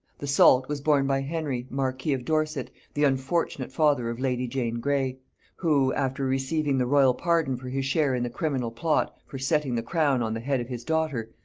the salt was borne by henry marquis of dorset, the unfortunate father of lady jane grey who, after receiving the royal pardon for his share in the criminal plot for setting the crown on the head of his daughter,